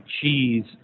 cheese